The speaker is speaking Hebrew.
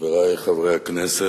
חברי חברי הכנסת,